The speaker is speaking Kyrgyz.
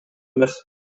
эмес